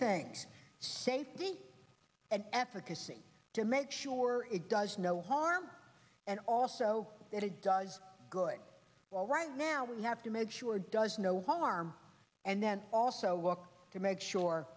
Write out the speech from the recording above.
things safety and efficacy to make sure it does no harm and also that it does good well right now we have to make sure it does no harm and then also work to make sure